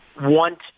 want